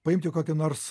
paimti kokį nors